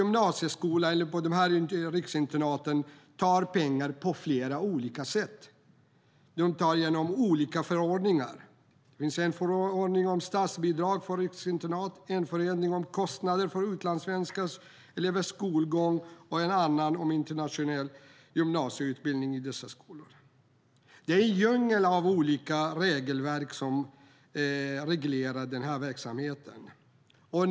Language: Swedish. Men riksinternaten tar in pengar på flera olika sätt. Det sker genom olika förordningar. Det finns en förordning om statsbidrag för riksinternat, en om kostnader för utlandssvenska elevers skolgång och en annan om internationell gymnasieutbildning i dessa skolor. Det är en djungel av olika regelverk som reglerar den här verksamheten.